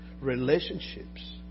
Relationships